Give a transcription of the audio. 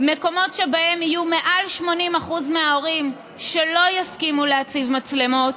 מקומות שבהם יהיו מעל 80% מההורים שלא יסכימו להציב מצלמות,